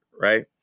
right